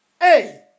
Hey